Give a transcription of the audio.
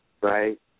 right